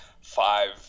five